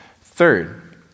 Third